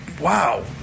wow